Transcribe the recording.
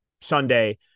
Sunday